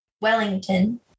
Wellington